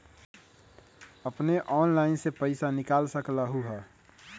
अपने ऑनलाइन से पईसा निकाल सकलहु ह?